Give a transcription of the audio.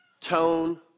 tone